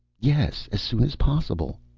yes. as soon as possible.